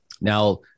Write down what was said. Now